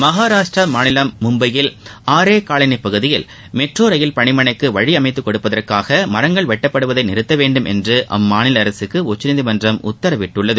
மகாராஷ்டிர மாநிலம் மும்பையில் ஆரேகாலனி பகுதியில் மெட்ரோ ரயில் பணிமனைக்கு வழி அமைத்து கொடுப்பதற்காக மரங்கள் வெட்டப்படுவதை நிறத்த வேண்டும் என்று அம்மாநில அரசுக்கு உச்சநீதிமன்றம் உத்தரவிட்டுள்ளது